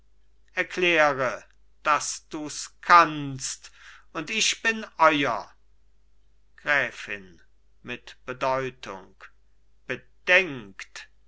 erkläre daß dus kannst und ich bin euer gräfin mit bedeutung bedenkt